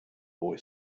boy